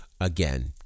again